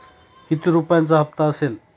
किती रुपयांचा हप्ता असेल?